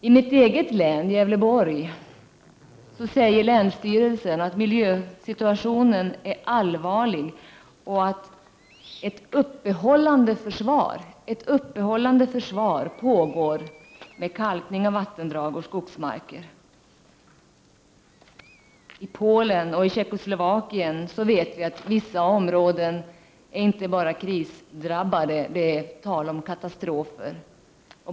I mitt eget län, Gävleborg, säger länsstyrelsen att miljösituationen är allvarlig och att ett uppehållande försvar pågår med kalkning av vattendrag och skogsmarker. I Polen och Tjeckoslovakien vet vi att det inte bara är fråga om att vissa områden är krisdrabbade, utan det är tal om katastrofer.